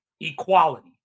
equality